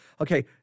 Okay